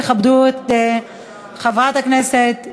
תכבדו את חברת הכנסת.